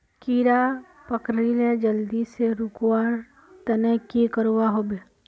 कीड़ा पकरिले जल्दी से रुकवा र तने की करवा होबे?